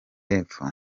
epfo